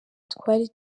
twali